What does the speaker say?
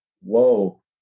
whoa